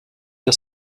der